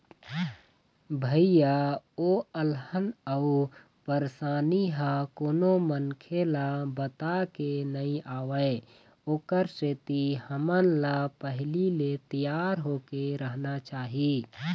भइया हो अलहन अउ परसानी ह कोनो मनखे ल बताके नइ आवय ओखर सेती हमन ल पहिली ले तियार होके रहना चाही